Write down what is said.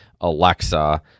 Alexa